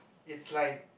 it's like